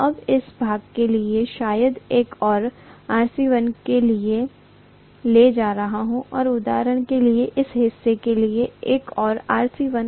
अब इस भाग के लिए शायद एक और Rc1 के लिए ले जा रहा हूँ और उदाहरण के लिए इस हिस्से के लिए एक और Rc1